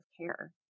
care